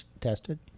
tested